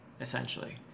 essentially